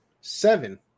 seven